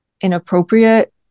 inappropriate